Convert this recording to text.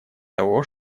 того